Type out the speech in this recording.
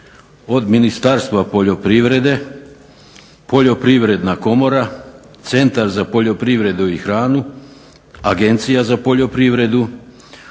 od Ministarstva poljoprivrede, poljoprivredna komora, Centar za poljoprivredu i hranu, Agencija za poljoprivredu